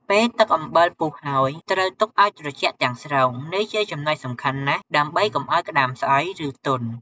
ពេលទឹកអំបិលពុះហើយ ត្រូវទុកឲ្យត្រជាក់ទាំងស្រុង នេះជាចំណុចសំខាន់ណាស់ ដើម្បីកុំឲ្យក្តាមស្អុយ ឬទន់។